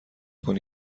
کنی